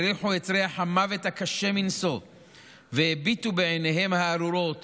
הריחו את ריח המוות הקשה מנשוא והביטו בעיניהם הארורות